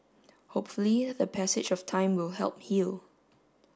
hopefully the passage of time will help heal